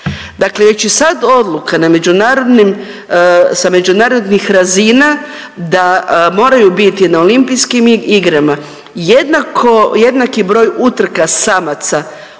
Dakle, već i sad odluka na međunarodnim, sa međunarodnih razina da moraju biti na Olimpijskim igrama jednako, jednaki broj utrka samaca